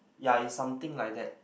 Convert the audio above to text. ya is something like that